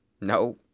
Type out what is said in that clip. No